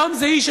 היום זו היא,